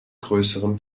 größeren